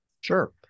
Sure